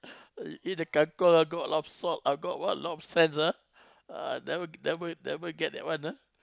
eat the Kang Kong ah got a lot of salt got what a lot of sand ah never never never get that one ah